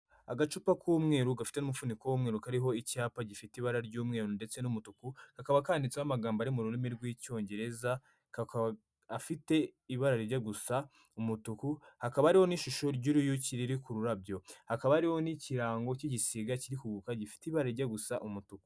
Agacupa k'umweru gafite n'umufuniko w'umweru kariho icyapa gifite ibara ry'umweru ndetse n'umutuku, kakaba kandiditseho amagambo ari mu rurimi rw'icyongereza ka afite ibara rimwe gusa umutuku, hakaba ariho n'ishusho ry'uruyuki riri ku rurabyo hakaba hariho n'ikirango cy'igisiga kirikuguruka gifite ibara rijya gusa umutuku.